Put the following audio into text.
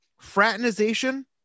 fraternization